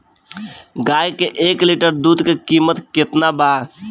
गाय के एक लीटर दूध के कीमत केतना बा?